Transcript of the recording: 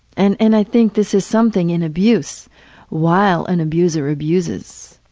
and and i think this is something in abuse while an abuser abuses,